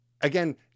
Again